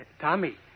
Tommy